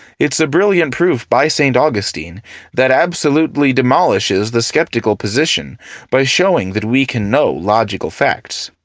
it's a brilliant proof by st. augustine that absolutely demolishes the skeptical position by showing that we can know logical facts.